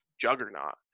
juggernaut